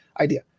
idea